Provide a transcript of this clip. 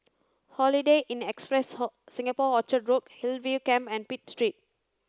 Holiday Inn Express Singapore Orchard Road Hillview Camp and Pitt Street